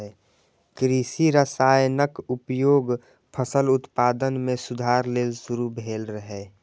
कृषि रसायनक उपयोग फसल उत्पादन मे सुधार लेल शुरू भेल रहै